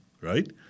right